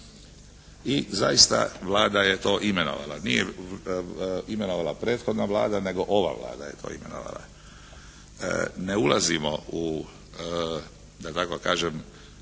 I zaista Vlada je to imenovala. Nije imenovala prethodna Vlada nego ova Vlada je to imenovala. Ne ulazimo u, da tako kažem